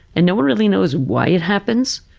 and no one really knows why it happens,